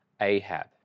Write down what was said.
Ahab